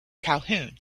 calhoun